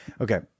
Okay